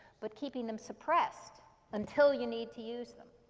but keeping them suppressed until you need to use them.